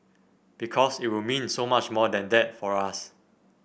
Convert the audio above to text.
because it will mean so much more than that for us